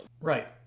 Right